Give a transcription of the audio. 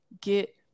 Get